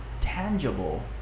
tangible